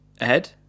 ahead